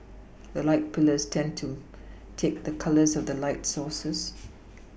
the light pillars tend to take the colours of the light sources